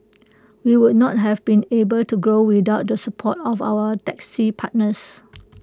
we would not have been able to grow without the support of our taxi partners